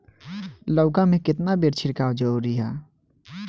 लउका में केतना बेर छिड़काव जरूरी ह?